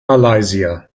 malaysia